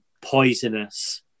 poisonous